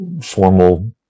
formal